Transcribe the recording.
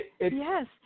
yes